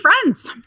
friends